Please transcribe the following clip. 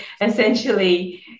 essentially